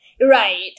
right